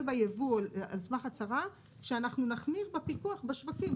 בייבוא על סמך הצהרה שאנחנו נחמיר בפיקוח בשווקים.